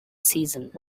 season